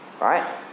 Right